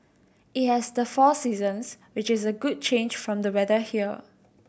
it has the four seasons which is a good change from the weather here